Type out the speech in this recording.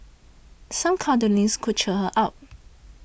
some cuddling's could cheer her up